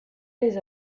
les